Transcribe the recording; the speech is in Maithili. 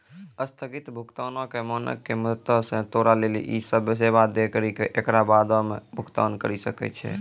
अस्थगित भुगतानो के मानक के मदतो से तोरा लेली इ सेबा दै करि के एकरा बादो मे भुगतान करि सकै छै